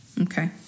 okay